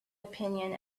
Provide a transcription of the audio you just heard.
opinion